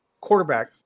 quarterback